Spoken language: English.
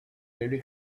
very